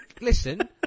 Listen